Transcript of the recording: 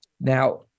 Now